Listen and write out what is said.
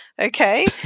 Okay